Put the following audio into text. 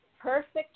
Perfect